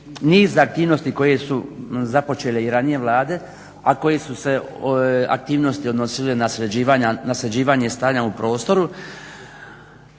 niz aktivnosti koje su započele i ranije Vlade a koje su se aktivnosti odnosile na sređivanje stanja u prostoru